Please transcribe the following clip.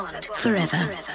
forever